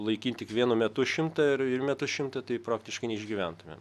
laikyt tik vienu metu šimtą ir į metus šimtą tai praktiškai neišgyventumėm